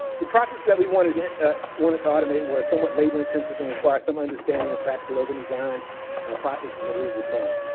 the process that we wanted ah wanted to automate were somewhat labor intensive and required some understanding of practical urban design processes and rules of thumb.